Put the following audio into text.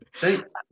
Thanks